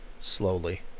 slowly